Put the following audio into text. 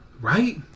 right